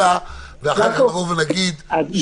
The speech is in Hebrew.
יעקב, יש